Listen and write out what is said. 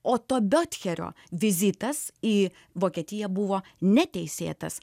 oto biotcherio vizitas į vokietiją buvo neteisėtas